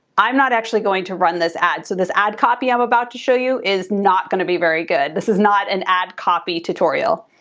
i'm not actually going to run this ad. so this ad copy i'm about to show you is not gonna be very good. this is not an ad copy tutorial.